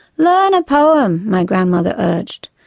learn a poem my grandmother urged.